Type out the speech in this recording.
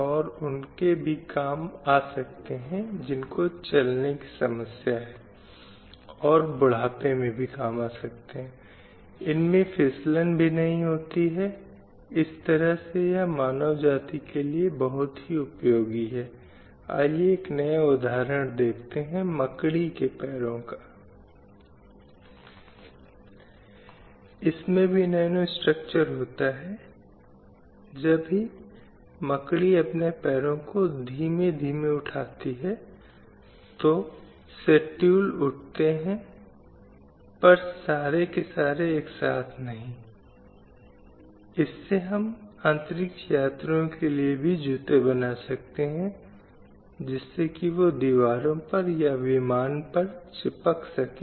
एक साल पहले उत्तर भारत के एक राज्य के एक गाँव के संबंध में एक समाचार रिपोर्ट आई थी जिसमें शायद दो दशक या उससे अधिक समय से एक भी बच्ची का जन्म नहीं हुआ था इसका प्राकृतिक प्रक्रिया से कोई लेना देना नहीं है बल्कि एक कृत्रिम प्रक्रिया जहां जानबूझकर और इच्छा पूर्वक बालिका को जन्म से पहले ही मार दिया जाता है अतःयह समाज में लिंग संरचना को प्रभावित करती है साक्षरता दर के संबंध में जहां यह पुरुषों और महिलाओं को दी गई शिक्षा और शैक्षिक अवसरों में प्रतिबिंबित होती है